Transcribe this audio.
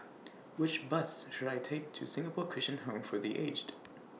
Which Bus should I Take to Singapore Christian Home For The Aged